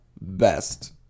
Best